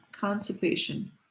constipation